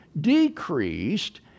decreased